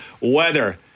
weather